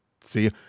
See